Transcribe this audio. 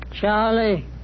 Charlie